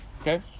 Okay